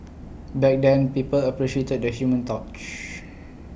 back then people appreciated the human touch